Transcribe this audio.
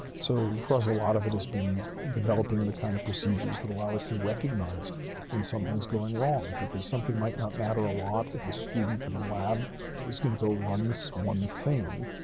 so, for us, a lot of it has been developing the kind of procedures that allow us to recognize when something's going wrong, because something might not matter a lot if a student in a lab is going to go runs one thing.